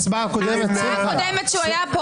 הצבעה לא אושרו.